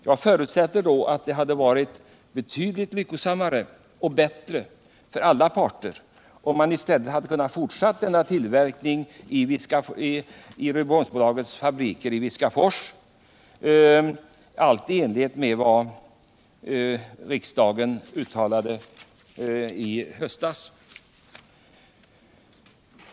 Jag förutsätter då att det hade varit betydligt lyckosam mare och bättre för alla parter, om man i stället hade kunnat fortsätta denna tillverkning i Rydboholmsbolagets fabriker i Viskafors, allt i enlighet med vad riksdagen uttalade i höstas.